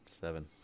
Seven